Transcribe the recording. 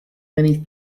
many